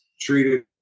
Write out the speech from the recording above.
treated